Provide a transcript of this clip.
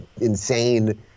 insane